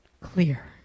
Clear